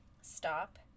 stop